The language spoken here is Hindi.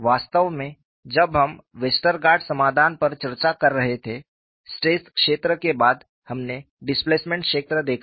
वास्तव में जब हम वेस्टरगार्ड समाधान पर चर्चा कर रहे थे स्ट्रेस क्षेत्र के बाद हमने डिस्प्लेसमेंट क्षेत्र देखा